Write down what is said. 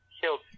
killed